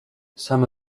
some